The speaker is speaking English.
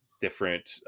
different